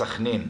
בסחנין,